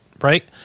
right